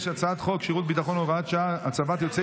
שירות ביטחון (הוראת שעה) (הצבת יוצאי